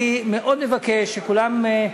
אני מאוד מבקש שכולם,